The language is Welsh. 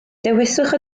dewiswch